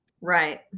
Right